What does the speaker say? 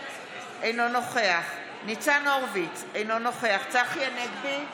אינו נוכח ניצן הורוביץ, אינו נוכח צחי הנגבי,